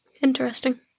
Interesting